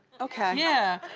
okay. yeah.